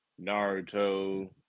Naruto